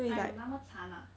!aiyo! 那么惨啊